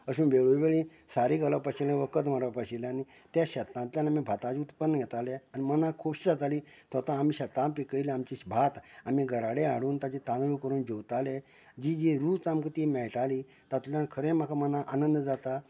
अश्यो वेगवेगळी सावळी सारें घालप आशिल्ले वखद मारप आशिल्ले आनी तें शेतांतल्यान आमी भातां उत्पन्न घेताले आनी मनांक खोशी जाताली तांतू आमी शेतांत पिकयलां तेचे भात आमी घरां कडेन हाडून तेचे तांदूळ करून जेवताले जी जी रूच आमकां ती मेळटाली तातूंतल्यान खरें म्हाका मनांक आनंद जाता